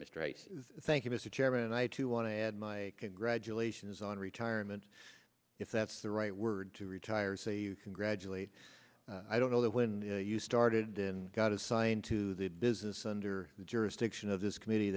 mr right thank you mr chairman and i too want to add my congratulations on retirement if that's the right word to retire congratulate i don't know that when you started then got assigned to the business under the jurisdiction of this comm